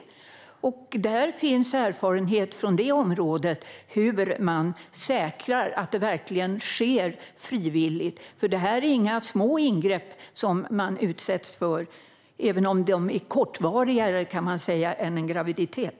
På det området finns det erfarenhet av hur man säkrar att det verkligen sker frivilligt, för det är inga små ingrepp man utsätts för - även om man kan säga att de är mer kortvariga än en graviditet.